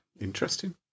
Interesting